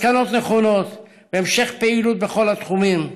מסקנות נכונות והמשך פעילות בכל התחומים.